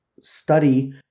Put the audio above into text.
study